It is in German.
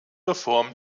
reform